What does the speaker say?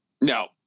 No